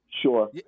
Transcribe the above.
Sure